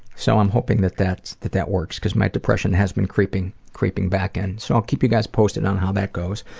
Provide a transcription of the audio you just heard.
so i'm hoping that that that works because my depression has been creeping creeping back in. so i'll keep you guys posted on how that goes.